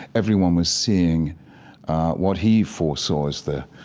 everyone was seeing what he foresaw as the,